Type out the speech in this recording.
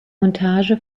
montage